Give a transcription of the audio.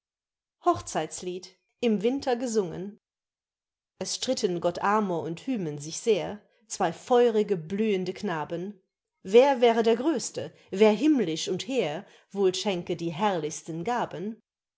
hochzeitlied im winter gesungen es stritten gott amor und hymen sich sehr zwei feurige blühende knaben wer wäre der größte wer himmlisch und hehr wohl schenke die herrlichsten gaben